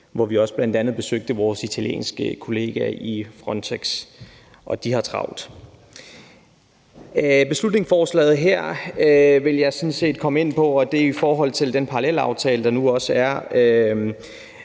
hvor vi bl.a. besøgte vores italienske kollegaer i Frontex, og de har travlt. Beslutningsforslaget her vil jeg sådan set komme ind på, og det er i forhold til den parallelaftale, der nu også er.